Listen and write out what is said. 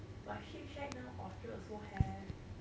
but shake shack now orchard also have